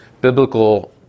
biblical